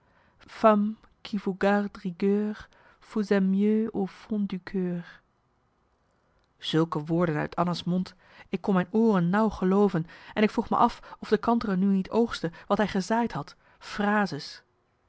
mieux au fonds du coeur zulke woorden uit anna's mond ik kon mijn ooren nauw gelooven en ik vroeg me af of de kantere nu niet oogstte wat hij gezaaid had frases